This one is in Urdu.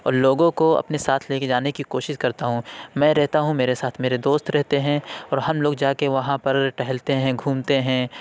اور لوگو کو اپنے ساتھ لے کے جانے کی کوشش کرتا ہوں میں رہتا ہوں میرے ساتھ میرے دوست رہتے ہیں اور ہم لوگ جا کے وہاں پر ٹہلتے ہیں گھومتے ہیں